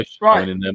right